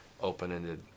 open-ended